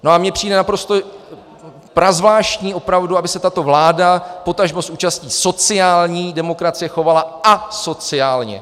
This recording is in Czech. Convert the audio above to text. A mně přijde naprosto prazvláštní, aby se tato vláda, potažmo s účastí sociální demokracie, chovala asociálně.